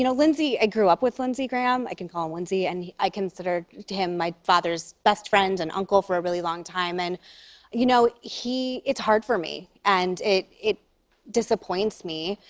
you know lindsey, i grew up with lindsey graham. i can call him lindsey. and i considered him my father's best friend and uncle for a really long time. and you know, he it's hard for me, and it it disappoints me,